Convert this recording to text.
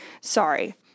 Sorry